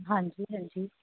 ਹਾਂਜੀ ਹਾਂਜੀ